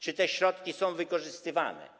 Czy te środki są wykorzystywane?